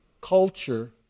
culture